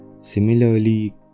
Similarly